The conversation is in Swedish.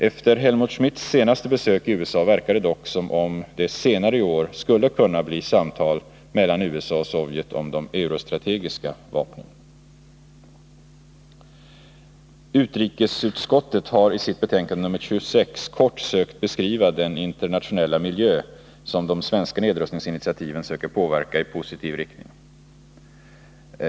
Efter Helmut Schmidts senaste besök i USA verkar det dock som om det senare i år skulle kunna bli samtal mellan USA och Sovjet om de eurostrategiska vapnen. Utrikesutskottet har i sitt betänkande nr 26 kort försökt beskriva den internationella miljö som man i de svenska nedrustningsinitiativen söker påverka i positiv riktning.